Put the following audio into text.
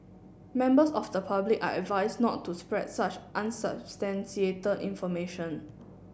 members of the public are advised not to spread such unsubstantiated information